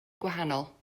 gwahanol